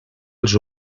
els